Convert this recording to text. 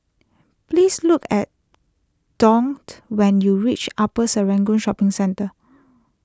please look at Dougt when you reach Upper Serangoon Shopping Centre